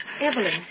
Evelyn